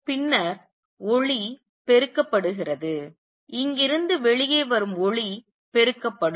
பின்னர் ஒளி பெருக்கப் படுகிறது இங்கிருந்து வெளியே வரும் ஒளி பெருக்கப்படும்